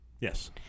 Yes